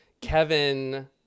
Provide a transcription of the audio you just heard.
Kevin